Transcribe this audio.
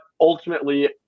ultimately